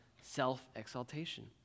self-exaltation